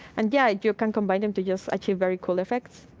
and yeah, you can combine them to just achieve very cool effects.